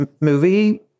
movie